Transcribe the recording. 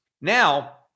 Now